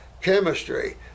chemistry